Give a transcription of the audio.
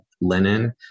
linen